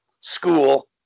school